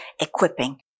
equipping